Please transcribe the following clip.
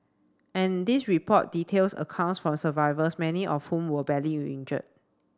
and this report details accounts from survivors many of whom were badly injured